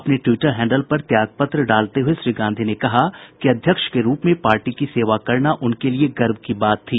अपने Twitter handle पर त्याग पत्र डालते हुए श्री गांधी ने कहा कि अध्यक्ष के रूप में पार्टी की सेवा करना उनके लिए गर्व की बात थी